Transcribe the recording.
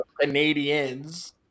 Canadians